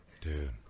dude